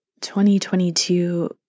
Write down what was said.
2022